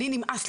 לי נמאס,